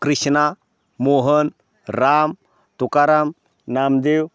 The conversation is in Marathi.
कृष्णा मोहन राम तुकाराम नामदेव